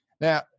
Now